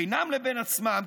בינם לבין עצמם,